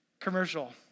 commercial